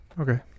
Okay